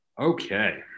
Okay